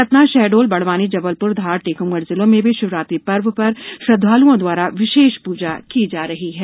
सतना शहडोलबड़वानीधारजबलपुरटीकमगढ़ जिलों में भी शिवरात्रि पर्व पर श्रद्धाल्ओं द्वारा विशेष पूजा की जा रही है